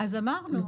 אמרנו.